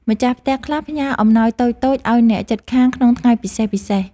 ម្ចាស់ផ្ទះខ្លះផ្ញើអំណោយតូចៗឱ្យអ្នកជិតខាងក្នុងថ្ងៃពិសេសៗ។